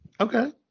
okay